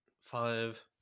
five